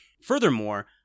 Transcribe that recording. Furthermore